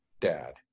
dad